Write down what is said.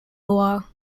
loire